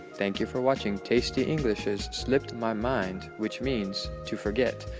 thank you for watching tasty english's slipped my mind which means, to forget.